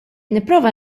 nipprova